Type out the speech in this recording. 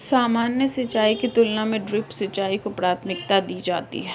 सामान्य सिंचाई की तुलना में ड्रिप सिंचाई को प्राथमिकता दी जाती है